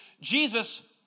Jesus